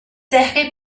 eje